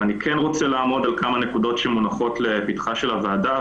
אבל אני כן רוצה לעמוד על כמה נקודות שמונחות לפתחה של הוועדה,